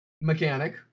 mechanic